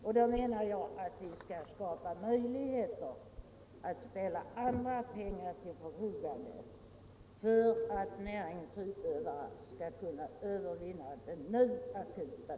Därför menar jag att vi skall skapa möjligheter att ställa andra medel till förfogande för att näringens utövare skall kunna övervinna den nu akuta krisen.